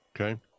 Okay